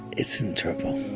it's in trouble.